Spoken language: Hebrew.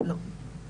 לא.